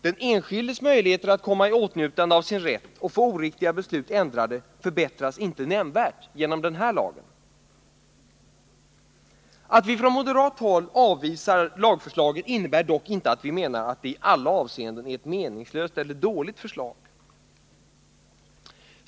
Den enskildes möjligheter att komma i åtnjutande av sin rätt och få oriktiga beslut ändrade förbättras inte nämnvärt genom den här lagen. Att vi från moderat håll avvisar lagförslaget innebär dock inte att vi menar att det i alla avseenden är ett meningslöst eller dåligt förslag.